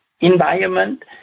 environment